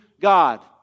God